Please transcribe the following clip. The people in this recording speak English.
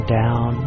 down